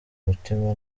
mutima